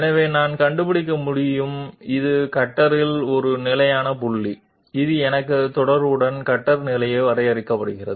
కాబట్టి మేము కనుగొనగలము ఇది కట్టర్పై స్థిరమైన పాయింట్ ఇది కట్టర్ అని మనకు తెలిసిన తర్వాత పొజిషన్ లో నిర్వచించబడింది